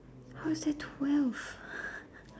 how is there twelve